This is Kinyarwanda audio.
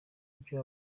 ivyo